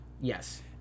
Yes